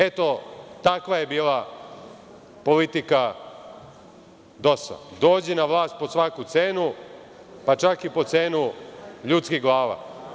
Eto, takva je bila politika DOS-a – dođi na vlast po svaku cenu, pa čak i po cenu ljudskih glava.